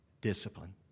discipline